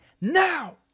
now